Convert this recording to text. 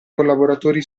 collaboratori